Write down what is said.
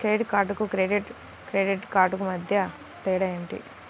Debit కార్డుకు credit credit కార్డుకు మధ్య తేడా ఏమిటీ?